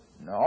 No